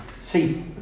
see